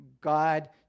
God